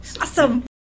Awesome